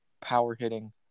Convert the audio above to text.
power-hitting